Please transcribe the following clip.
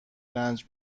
رنج